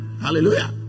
hallelujah